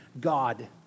God